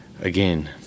again